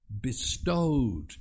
bestowed